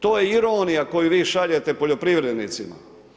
To je ironija koju vi šaljete poljoprivrednicima.